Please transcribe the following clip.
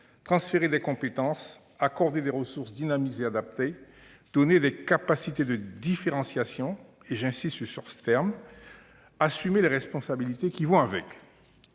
transférer des compétences ; accorder des ressources dynamiques et adaptées ; donner des capacités de différenciation, et j'insiste sur ce terme ; assumer les responsabilités qui vont avec.